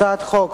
הצעת חוק